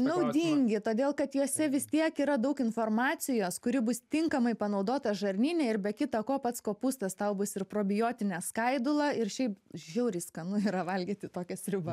naudingi todėl kad juose vis tiek yra daug informacijos kuri bus tinkamai panaudota žarnyne ir be kita ko pats kopūstas tau bus ir probiotinė skaidula ir šiaip žiauriai skanu yra valgyti tokią sriubą